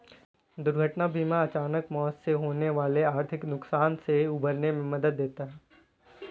दुर्घटना बीमा अचानक मौत से होने वाले आर्थिक नुकसान से उबरने में मदद देता है